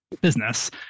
business